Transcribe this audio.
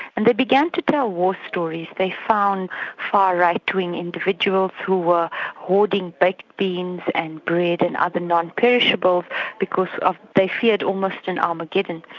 and they began to tell war stories. they found far right-wing individuals who were hoarding baked beans and bread and other non-perishable because ah they feared almost an armageddon.